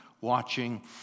watching